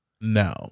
no